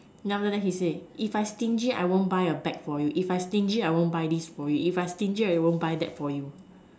then after that he say if I stingy I won't buy a bag for you if I stingy I won't buy this for you if I stingy I won't buy that for you